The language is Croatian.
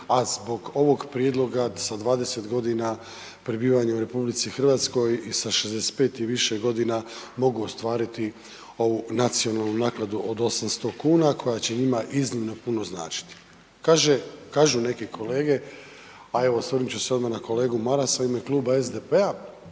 a zbog ovog prijedloga sa 20 godina prebivanja u RH i sa 65 i više godina mogu ostvariti ovu nacionalnu naknadu od 800 kuna koja će njima iznimno puno značiti. Kaže, kažu neki kolege, a evo osvrnut ću se odmah na kolegu Marasa u ime Kluba SDP-a,